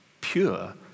pure